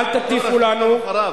אל תטיפו לנו, אחריו.